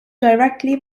directly